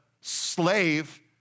slave